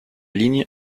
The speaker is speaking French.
ligne